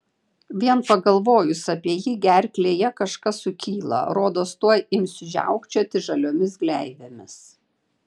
vien pagalvojus apie jį gerklėje kažkas sukyla rodos tuoj imsiu žiaukčioti žaliomis gleivėmis